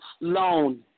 loan